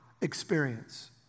experience